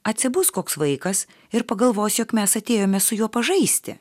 atsibus koks vaikas ir pagalvos jog mes atėjome su juo pažaisti